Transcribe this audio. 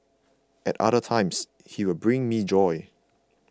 at other times he will bring me joy